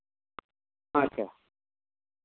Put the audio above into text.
ᱟᱪᱪᱷᱟ